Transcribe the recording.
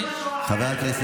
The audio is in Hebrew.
זה משהו אחר.